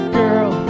girl